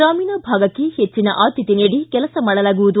ಗ್ರಾಮೀಣ ಭಾಗಕ್ಕೆ ಹೆಚ್ಚಿನ ಆದ್ಯತೆ ನೀಡಿ ಕೆಲಸ ಮಾಡಲಾಗುವುದು